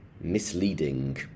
misleading